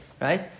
right